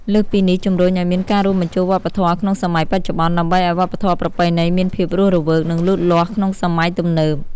លើសពីនេះ ជំរុញអោយមានការរួមបញ្ចូលវប្បធម៌ក្នុងសម័យបច្ចុប្បន្ន ដើម្បីឲ្យវប្បធម៌ប្រពៃណីមានភាពរស់រវើក និងលូតលាស់ក្នុងសម័យទំនើប។